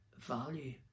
value